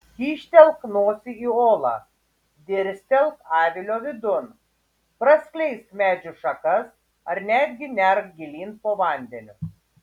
kyštelk nosį į olą dirstelk avilio vidun praskleisk medžių šakas ar netgi nerk gilyn po vandeniu